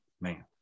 Man